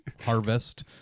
Harvest